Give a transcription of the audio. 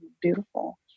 beautiful